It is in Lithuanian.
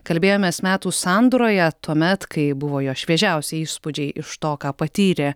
kalbėjomės metų sandūroje tuomet kai buvo jo šviežiausi įspūdžiai iš to ką patyrė